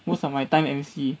most of my time M_C